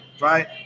right